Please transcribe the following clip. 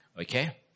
Okay